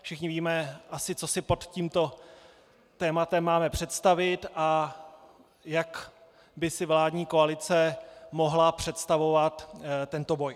Všichni víme, co si asi pod tímto tématem máme představit a jak by si vládní koalice mohla představovat tento boj.